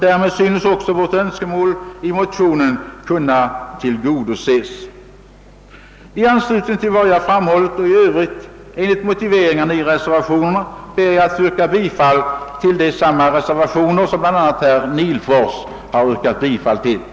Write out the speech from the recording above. Därmed synes önskemålen i motionerna kunna tillgodoses. Med hänvisning till vad jag framhållit och i övrigt till motiveringen i berörda reservationer ber jag att få instämma i de yrkanden som herr Nihlfors här framställt.